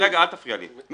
רגע, אל תפריע לי.